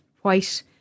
white